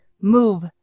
move